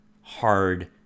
hard